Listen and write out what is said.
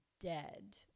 dead